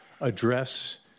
address